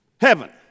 Heaven